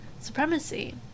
supremacy